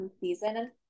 season